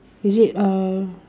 is it uh